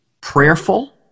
prayerful